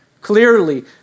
Clearly